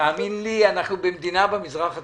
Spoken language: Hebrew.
תאמין לי, אנחנו במדינה במזרח התיכון.